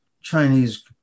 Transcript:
Chinese